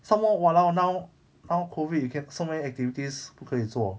some more !walao! now now COVID you get so many activities 不可以做